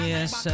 Yes